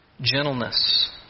gentleness